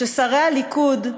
כששרי הליכוד,